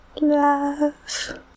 Love